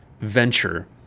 venture